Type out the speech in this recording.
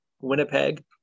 Winnipeg